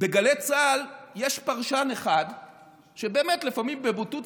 בגלי צה"ל יש פרשן אחד שבאמת לפעמים בבוטות,